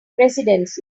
presidency